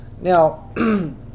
Now